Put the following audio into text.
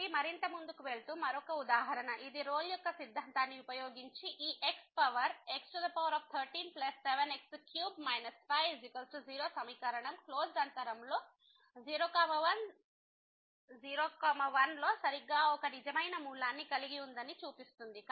కాబట్టి మరింత ముందుకు వెళ్తూ మరొక ఉదాహరణ ఇది రోల్ యొక్క సిద్ధాంతాన్ని ఉపయోగించి ఈ x పవర్ x137x3 50 సమీకరణం క్లోజ్డ్ అంతరంలో 0 10 1 లో సరిగ్గా ఒక నిజమైన మూలాన్ని కలిగి ఉందని చూపిస్తుంది